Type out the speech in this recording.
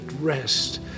rest